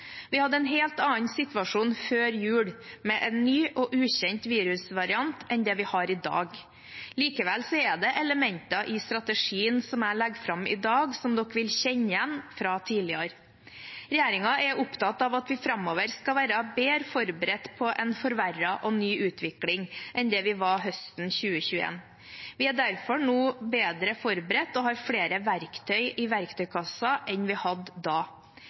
Vi hadde en helt annen situasjon før jul, med en ny og ukjent virusvariant, enn det vi har i dag. Likevel er det elementer i strategien jeg legger fram i dag, som dere vil kjenne igjen fra tidligere. Regjeringen er opptatt av at vi framover skal være bedre forberedt på en forverret og ny utvikling, enn det vi var høsten 2021. Vi er derfor nå bedre forberedt og har flere verktøy i verktøykassen enn vi hadde da.